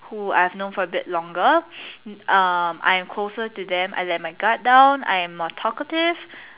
who I've known for a bit longer err I'm closer to them I let my guard down I'm more talkative